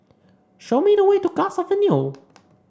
show me the way to Guards Avenue